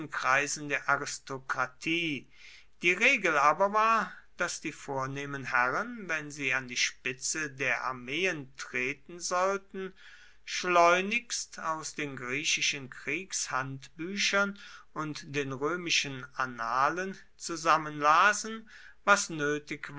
kreisen der aristokratie die regel aber war daß die vornehmen herren wenn sie an die spitze der armeen treten sollten schleunigst aus den griechischen kriegshandbüchern und den römischen annalen zusammenlasen was nötig